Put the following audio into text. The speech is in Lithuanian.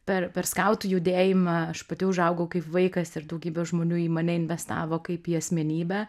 per per skautų judėjimą aš pati užaugau kaip vaikas ir daugybė žmonių į mane investavo kaip į asmenybę